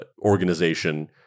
organization